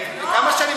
וכמה שנים,